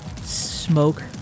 smoke